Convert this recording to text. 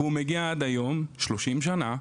הוא מגיע עד היום, 30 שנים,